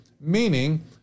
meaning